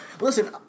Listen